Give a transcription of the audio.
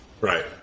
Right